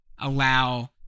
allow